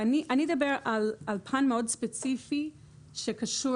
ואני אדבר על פן מאוד ספציפי שקשור